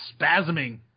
spasming